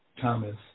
Thomas